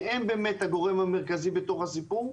שהם הגורם המרכזי בסיפור.